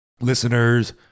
listeners